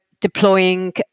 deploying